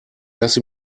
lasse